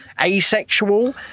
asexual